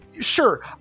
Sure